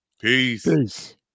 Peace